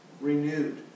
renewed